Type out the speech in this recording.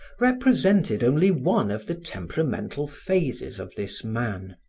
represented only one of the temperamental phases of this man.